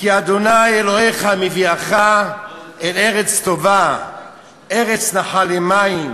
"כי ה' אלהיך מביאך אל ארץ טובה ארץ נחלי מים